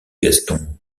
gaston